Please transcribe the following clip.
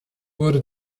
wurde